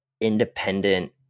independent